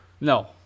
No